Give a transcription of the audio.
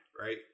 right